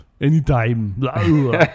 Anytime